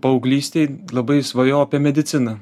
paauglystėj labai svajojau apie mediciną